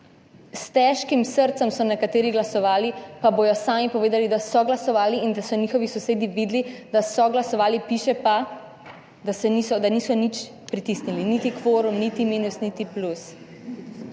S težkim srcem so nekateri glasovali, pa bodo sami povedali, da so glasovali in da so njihovi sosedje videli, da so glasovali, piše pa, da niso nič pritisnili, niti kvorum niti minus niti plus.